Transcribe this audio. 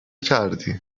کردی